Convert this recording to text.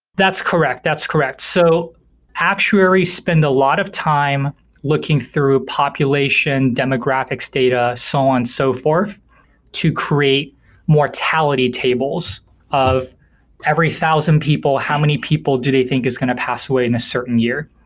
that's correct. that's correct. so actuaries spend a lot of time looking through population, demographics data, so on so forth to create mortality tables of every thousand people, how many people do they think is going to pass away in a certain year.